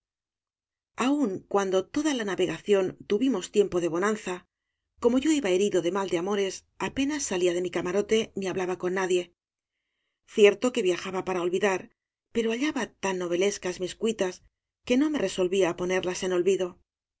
un cuando toda la navegación tuvimos tiempo de bonanza como yo iba herido de mal de amores apenas salía de mi camarote ni hablaba con nadie cierto que viajaba para olvidar pero hallaba tan novelescas mis cuitas que no me resolvía á ponerlas en olvido